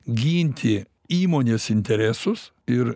ginti įmonės interesus ir